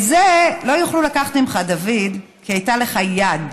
את זה לא יוכלו לקחת ממך, דוד, כי הייתה לך יד,